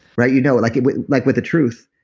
right you know, like with like with the truth,